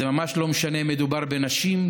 זה לא משנה אם מדובר בנשים,